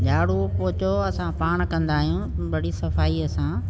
झाडू पोछो असां पाण कंदा आहियूं बढ़ी सफ़ाईअ सां